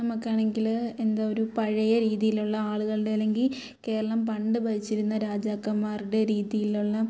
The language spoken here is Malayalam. നമുക്കാണെങ്കിൽ എന്താ ഒരു പഴയ രീതിയിലുള്ള ആളുകളുടെ അല്ലെങ്കിൽ കേരളം പണ്ട് ഭരിച്ചിരുന്ന രാജാക്കന്മാരുടെ രീതിയിലുള്ള